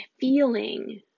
feeling